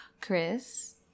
Chris